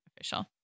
official